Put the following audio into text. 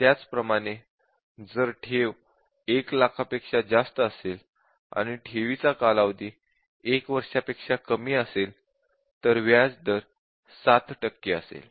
त्याचप्रमाणे जर ठेव 1 लाखापेक्षा जास्त असेल आणि ठेवीचा कालावधी 1 वर्षापेक्षा कमी असेल तर व्याज दर ७ टक्के असेल